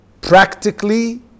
practically